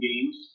games